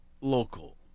local